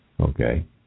Okay